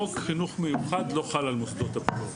חוק חינוך מיוחד לא חל על מוסדות הפטור.